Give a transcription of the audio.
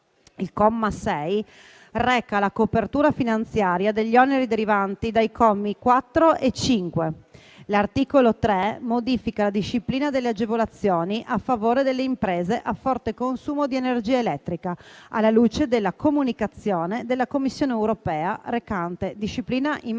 Il comma 6 reca la copertura finanziaria degli oneri derivanti dai commi 4 e 5. L'articolo 3 modifica la disciplina delle agevolazioni a favore delle imprese a forte consumo di energia elettrica, alla luce della comunicazione della Commissione europea recante disciplina in materia